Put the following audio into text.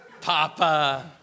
Papa